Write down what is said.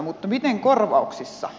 mutta miten korvauksissa